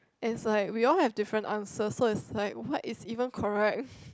and is like we all have different answers so is like what is even correct